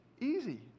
easy